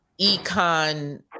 econ